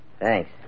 Thanks